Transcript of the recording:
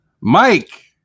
Mike